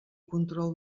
control